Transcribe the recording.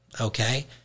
Okay